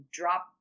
drop